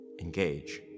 Engage